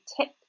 tip